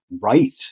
right